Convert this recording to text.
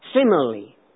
Similarly